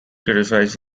criticized